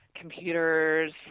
Computers